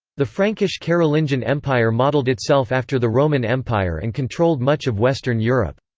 the frankish carolingian empire modeled itself after the roman empire and controlled much of western europe.